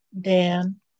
Dan